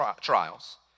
trials